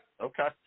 okay